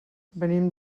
venim